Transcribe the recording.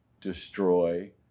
destroy